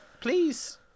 please